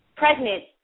Pregnant